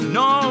no